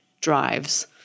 drives